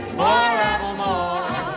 forevermore